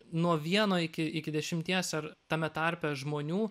nuo vieno iki iki dešimties ar tame tarpe žmonių